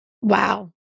Wow